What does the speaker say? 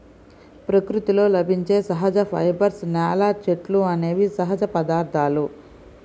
ప్రకృతిలో లభించే సహజ ఫైబర్స్, నేల, చెట్లు అనేవి సహజ పదార్థాలు